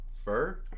Fur